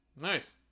Nice